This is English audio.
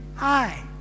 hi